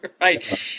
right